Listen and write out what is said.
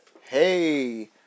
Hey